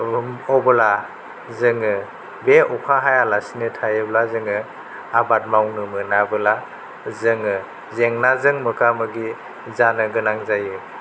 अबोला जोङो बे अखा हायालासिनो थायोब्ला जोङो आबाद मावनो मोनाबोला जोङो जेंनाजों मोगा मोगि जानो गोनां जायो